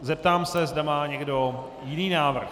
Zeptám se, zda má někdo jiný návrh.